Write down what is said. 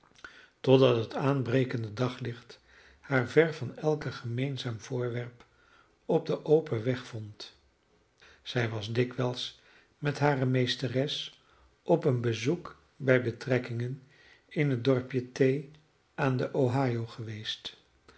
totdat het aanbrekende daglicht haar ver van elk gemeenzaam voorwerp op den open weg vond zij was dikwijls met hare meesteres op een bezoek bij betrekkingen in het dorpje t aan de ohio geweest